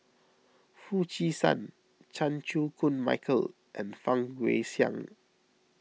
Foo Chee San Chan Chew Koon Michael and Fang Guixiang